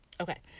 Okay